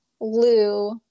Lou